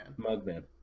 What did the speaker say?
Mugman